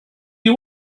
you